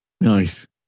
Nice